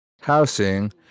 housing